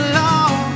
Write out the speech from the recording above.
long